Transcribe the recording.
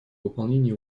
выполнении